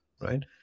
right